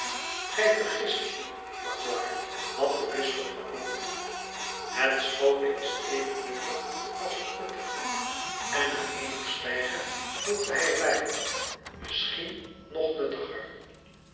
gij vergist u magloire had de bisschop geantwoord het schoone is even nuttig als het nuttige en na eenig zwijgen voegde hij er bij misschien nog nuttiger